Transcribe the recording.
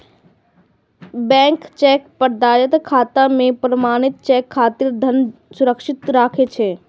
bank cheque प्रदाताक खाता मे प्रमाणित चेक खातिर धन सुरक्षित राखै छै